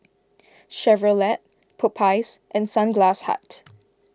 Chevrolet Popeyes and Sunglass Hut